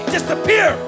Disappear